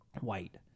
white